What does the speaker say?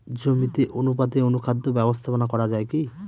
জমিতে অনুপাতে অনুখাদ্য ব্যবস্থাপনা করা য়ায় কি?